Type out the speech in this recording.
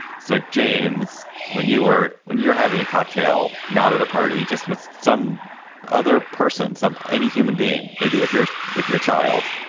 so, james, when you are when you're having a cocktail. not at a party. just with some other person. some. any human being. maybe with your with your child.